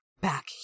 back